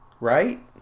right